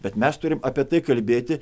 bet mes turim apie tai kalbėti